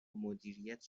مدیریت